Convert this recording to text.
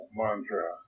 mantra